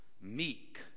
meek